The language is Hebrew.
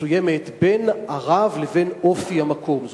מסוימת בין הרב לבין אופי המקום.